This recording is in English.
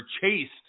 chased